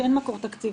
שאין מקור תקציבי.